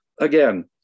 Again